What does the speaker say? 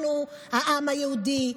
אנחנו העם היהודי,